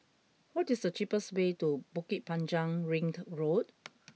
what is the cheapest way to Bukit Panjang Ring Road